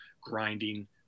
grinding